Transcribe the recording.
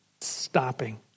stopping